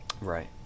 right